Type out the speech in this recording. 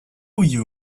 you